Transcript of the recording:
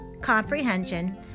comprehension